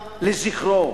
לזכרו: